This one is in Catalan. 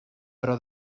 però